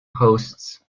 hosts